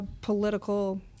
Political